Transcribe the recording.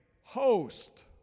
host